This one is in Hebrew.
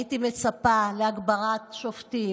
הייתי מצפה לתוספת שופטים,